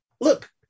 Look